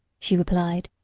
she replied.